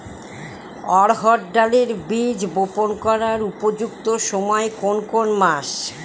অড়হড় ডালের বীজ বপন করার উপযুক্ত সময় কোন কোন মাস?